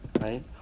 right